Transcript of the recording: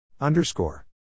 Underscore